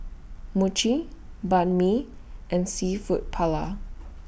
Mochi Banh MI and Seafood Paella